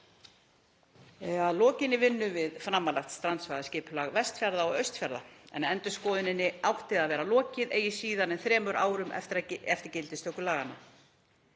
lokinni vinnu við framangreint strandsvæðisskipulag Vestfjarða og Austfjarða en endurskoðuninni átti að vera lokið eigi síðar en þremur árum eftir gildistöku laganna.